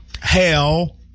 Hell